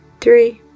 three